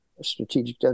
Strategic